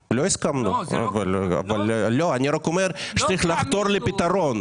אני רק אומר שצריך לחתור לפתרון.